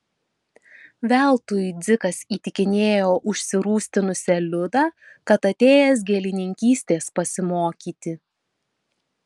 veltui dzikas įtikinėjo užsirūstinusią liudą kad atėjęs gėlininkystės pasimokyti